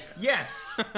Yes